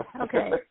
Okay